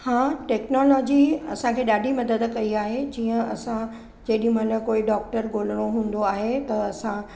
हा टैक्नोलॉजी असांखे ॾाढी मदद कई आहे जीअं असां जेॾी महिल कोई डॉक्टर ॻोल्हणो हूंदो आहे त असां